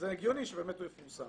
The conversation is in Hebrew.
זה הגיוני שבאמת הוא יפורסם,